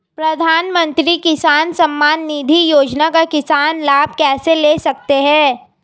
प्रधानमंत्री किसान सम्मान निधि योजना का किसान लाभ कैसे ले सकते हैं?